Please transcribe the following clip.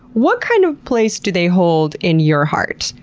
what kind of place do they hold in your heart?